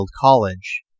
College